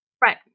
Right